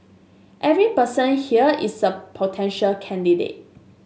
every person here is a potential candidate